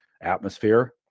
atmosphere